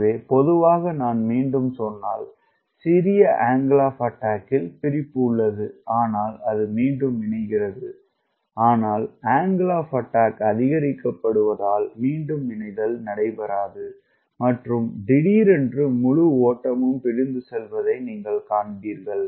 எனவே பொதுவாக நான் மீண்டும் சொன்னால் சிறிய அங்கிள் ஆப் அட்டாக்கில் பிரிப்பு உள்ளது ஆனால் அது மீண்டும் இணைகிறது ஆனால் அங்கிள் ஆப் அட்டாக் அதிகரிக்கப்படுவதால் மீண்டும் இணைத்தல் நடைபெறாது மற்றும் திடீரென்று முழு ஓட்டமும் பிரிந்து செல்வதை நீங்கள் காண்பீர்கள்